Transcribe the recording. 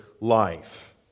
life